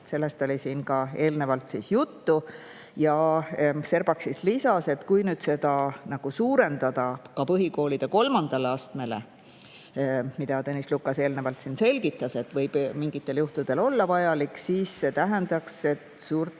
Sellest oli siin ka eelnevalt juttu. Serbak lisas, et kui nüüd seda laiendada ka põhikooli kolmandale astmele – Tõnis Lukas eelnevalt siin selgitas, et see võib mingitel juhtudel olla vajalik –, siis see tähendaks suurt